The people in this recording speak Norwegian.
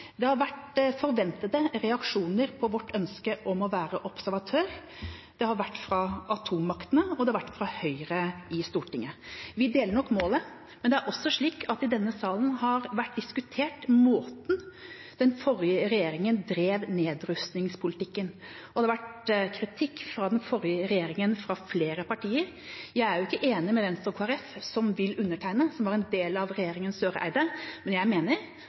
Det har vært forventede reaksjoner på vårt ønske om å være observatør. Det har det vært fra atommaktene, og det har det vært fra Høyre i Stortinget. Vi deler nok målet, men det er også slik at måten den forrige regjeringa drev nedrustningspolitikken på, har vært diskutert i denne sal. Og det har vært kritikk av den forrige regjeringa fra flere partier. Jeg er ikke enig med Venstre og Kristelig Folkeparti, som vil undertegne, og som var en del av samme regjering som Søreide, men jeg mener